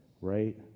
Right